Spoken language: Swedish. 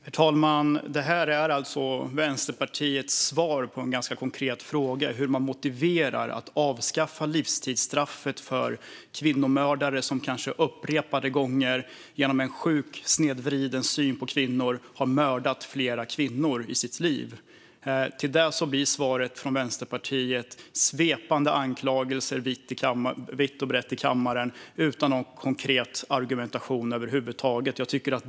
Herr talman! Det här är alltså Vänsterpartiets svar på en ganska konkret fråga, det vill säga hur man motiverar att avskaffa livstidsstraffet för kvinnomördare som kanske upprepade gånger på grund av en sjuk, snedvriden syn på kvinnor har mördat flera kvinnor i sitt liv. Till det blir svaret från Vänsterpartiet svepande anklagelser vitt och brett i kammaren utan någon konkret argumentation över huvud taget.